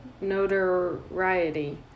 notoriety